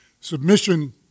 submission